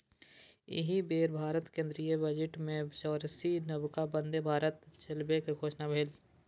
एहि बेर भारतक केंद्रीय बजटमे चारिसौ नबका बन्दे भारत चलेबाक घोषणा भेल